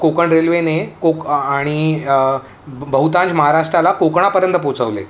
कोकण रेल्वेने कोक आणि बहुतांश महाराष्ट्राला कोकणापर्यंत पोहोचवले